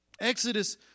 Exodus